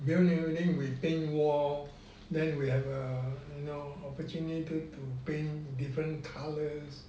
new building we paint wall then we have err you know opportunity to paint different colours